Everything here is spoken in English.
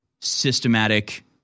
systematic